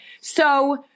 So-